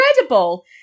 incredible